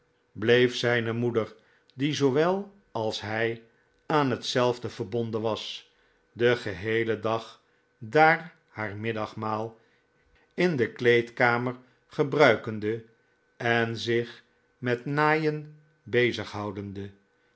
bleef zijne moeder die zoowel als hij aanhetzelve verbonden was den geheelen dag daar haar middagmaal in de kleedkamer gebruikende en zich met naaien